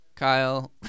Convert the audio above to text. Kyle